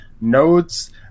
nodes